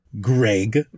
Greg